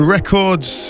Records